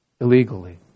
illegally